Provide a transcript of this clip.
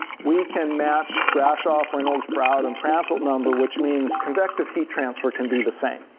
we can match grashof, reynold, proud and prandtl number which means convective heat transfer can be the same.